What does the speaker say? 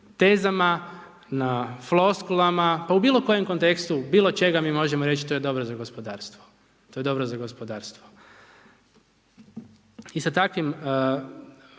tezama, na floskulama. Pa u bilo kojem kontekstu, bilo čega mi možemo reći to je dobro za gospodarstvo. To je